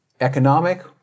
economic